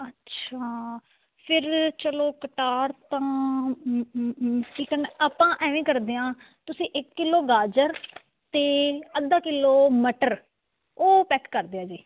ਅੱਛਾ ਫਿਰ ਚਲੋ ਕਟਾਰ ਤਾਂ ਚਿਕਨ ਆਪਾਂ ਐਵੇਂ ਕਰਦੇ ਹਾਂ ਤੁਸੀਂ ਇੱਕ ਕਿਲੋ ਗਾਜਰ ਅਤੇ ਅੱਧਾ ਕਿਲੋ ਮਟਰ ਉਹ ਪੈਕ ਕਰ ਦਿਓ ਜੀ